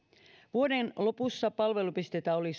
vuoden lopussa palvelupisteitä oli